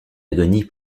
agonie